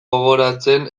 gogoratzen